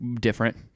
different